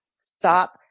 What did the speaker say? stop